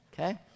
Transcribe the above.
Okay